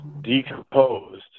decomposed